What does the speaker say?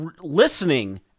listening